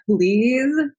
please